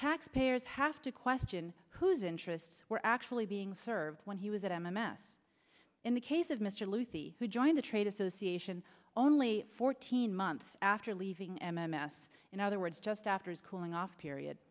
taxpayers have to question whose interests were actually being served when he was at m m s in the case of mr lucy who joined the trade association only fourteen months after leaving m m s in other words just after his cooling off period